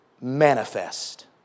manifest